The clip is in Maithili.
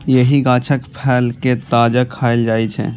एहि गाछक फल कें ताजा खाएल जाइ छै